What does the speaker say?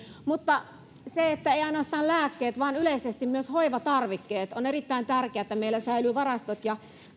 mutta tärkeää eivät ole ainoastaan lääkkeet vaan yleisesti myös hoivatarvikkeet on erittäin tärkeää että meillä säilyy varastot ja